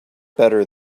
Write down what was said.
better